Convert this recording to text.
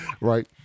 Right